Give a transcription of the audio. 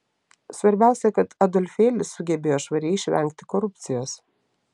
svarbiausia kad adolfėlis sugebėjo švariai išvengti korupcijos